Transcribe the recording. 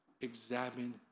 examine